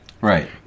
Right